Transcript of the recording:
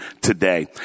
today